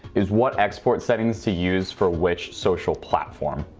is what export settings to use for which social platform.